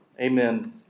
Amen